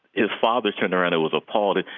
his father turned around and was appalled. and